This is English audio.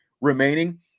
remaining